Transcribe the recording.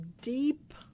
deep